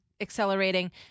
accelerating